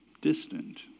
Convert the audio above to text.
distant